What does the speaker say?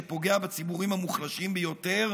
שפוגע בציבורים המוחלשים ביותר,